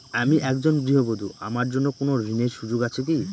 আমি একজন গৃহবধূ আমার জন্য কোন ঋণের সুযোগ আছে কি?